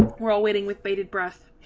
above are all waiting with bated breath